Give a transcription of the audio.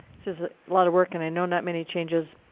this is a lot of work, and i know not many changes,